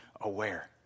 aware